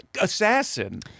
assassin